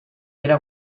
era